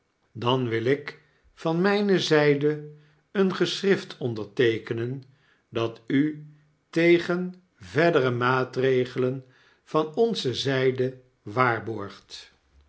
dan wilikvan mijne zflde een geschrift onderteekenen dat u tegen verdere maatregelen van onze zjde waarborgt